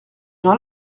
gens